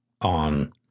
on